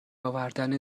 آوردن